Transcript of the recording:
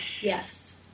yes